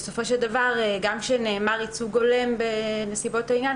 בסופו של דבר גם כשנאמר ייצוג הולם בנסיבות העניין,